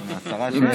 אמן.